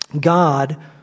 God